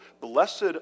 blessed